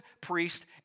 priest